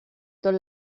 tot